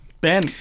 Ben